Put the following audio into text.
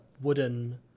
wooden